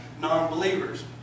non-believers